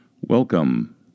Welcome